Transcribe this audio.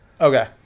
Okay